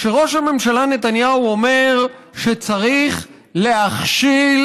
כשראש הממשלה נתניהו אומר שצריך להכשיל